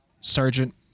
Sergeant